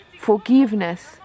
forgiveness